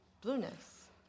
blueness